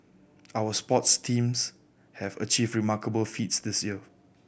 our sports teams have achieved remarkable feats this year